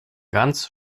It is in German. ganz